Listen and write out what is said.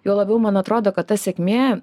juo labiau man atrodo kad ta sėkmė